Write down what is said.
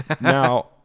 Now